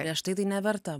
prieš tai tai neverta